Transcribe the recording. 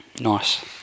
Nice